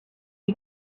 you